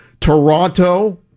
Toronto